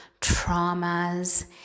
traumas